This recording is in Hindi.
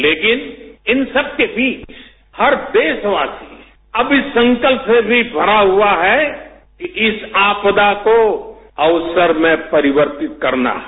लेकिन इन सबके बीच हर देशवासी अब इस संकल्प से भी भरा हुआ है कि इस आपदा को अवसर में परिवर्तित करना है